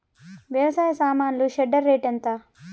వ్యవసాయ సామాన్లు shredder rate ఎంత?